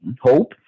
hope